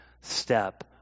step